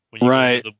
Right